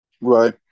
Right